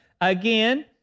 Again